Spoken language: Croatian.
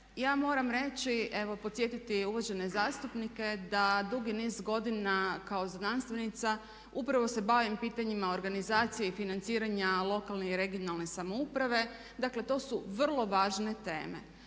ja moram reći, evo podsjetiti uvažene zastupnike da dugi niz godina kao znanstvenica upravo se bavim pitanjima organizacije i financiranja lokalne i regionalne samouprave, dakle to su vrlo važne teme.